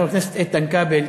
חבר הכנסת איתן כבל,